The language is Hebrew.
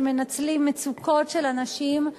שמנצלים מצוקות של אנשים,